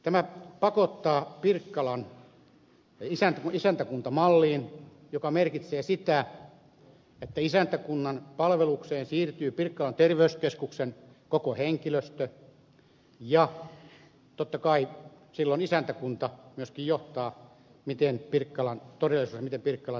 tämä pakottaa pirkkalan isäntäkuntamalliin mikä merkitsee sitä että isäntäkunnan palvelukseen siirtyy pirkkalan terveyskeskuksen koko henkilöstö ja totta kai silloin isäntäkunta myöskin johtaa miten todellisuudessa esimerkiksi pirkkalan terveyskeskus toimii